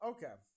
Okay